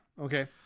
okay